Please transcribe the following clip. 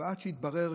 עד שהתברר,